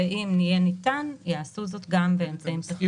ואם יהיה ניתן יעשו זאת גם באמצעים טכנולוגיים.